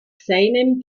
seinem